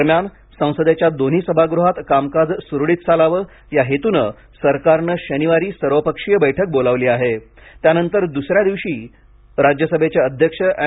दरम्यान संसदेच्या दोन्ही सभागृहात कामकाज सुरळीत चालावे या हेतूने सरकारने शनिवारी सर्वपक्षीय बैठक बोलावली आहे त्यानंतर दुसऱ्या दिवशी राज्यसभेचे अध्यक्ष एम